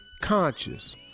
conscious